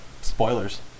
Spoilers